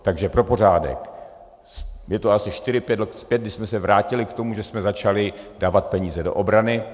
Takže pro pořádek, je to asi čtyři pět let zpět, kdy jsme se vrátili k tomu, že jsme začali dávat peníze do obrany.